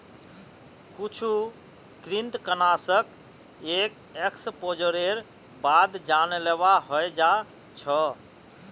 कुछु कृंतकनाशक एक एक्सपोजरेर बाद जानलेवा हय जा छ